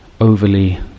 overly